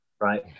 right